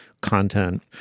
content